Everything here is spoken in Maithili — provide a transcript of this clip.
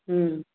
हँ